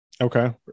Okay